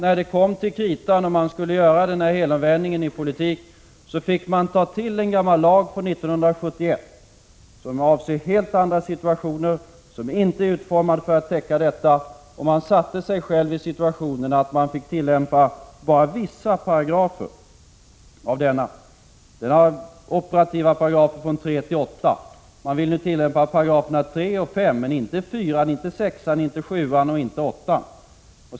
När det kom till kritan och man skulle göra den här helomvändningen i politiken, fick man ta till en gammal lag från 1971, som avser helt andra situationer, som inte är utformad för att täcka denna situation. Och man försatte sig själv i det läget att man fick tillämpa bara vissa paragrafer av den gamla lagen. Den har operativa paragrafer, 3-8. Man vill nu tillämpa paragraferna 3 och 5 men inte 4,6, 7 och 8.